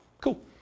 cool